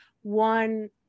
One